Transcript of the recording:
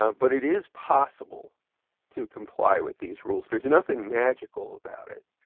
um but it is possible to comply with these rules. there's nothing magical about it.